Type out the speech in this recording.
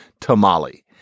tamale